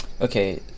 Okay